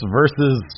versus